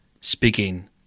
speaking